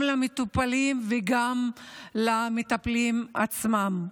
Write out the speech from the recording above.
גם למטופלים וגם למטפלים עצמם.